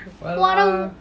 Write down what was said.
!walao!